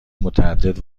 متعدد